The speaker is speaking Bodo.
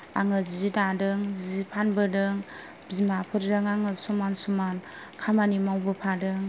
आङो जि दादों जि फानबोदों बिमाफोरजों आङो समान समान खामानि मावबोफादों